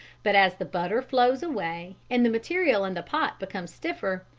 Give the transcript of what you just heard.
but as the butter flows away and the material in the pot becomes stiffer,